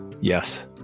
yes